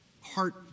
heart